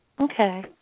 Okay